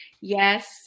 Yes